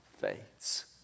fades